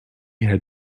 had